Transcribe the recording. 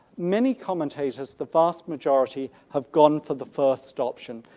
many commentators, the vast majority, have gone for the first option.